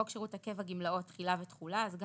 חוק שירות הקבע (גמלאות) תחילה ותחולהסעיף